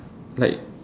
light